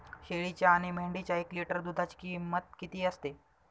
शेळीच्या आणि मेंढीच्या एक लिटर दूधाची किंमत किती असते?